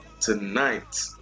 tonight